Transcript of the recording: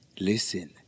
listen